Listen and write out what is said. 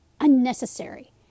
unnecessary